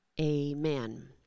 Amen